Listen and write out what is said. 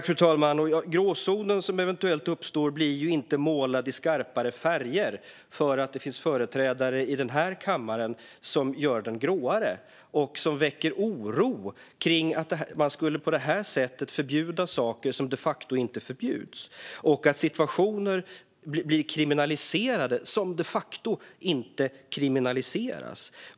Fru talman! Den gråzon som eventuellt uppstår blir ju inte målad i skarpare färger för att det finns företrädare i den här kammaren som gör den gråare och väcker oro kring att man på det här sättet skulle förbjuda saker som de facto inte förbjuds eller kriminalisera situationer som de facto inte kriminaliseras.